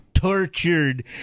tortured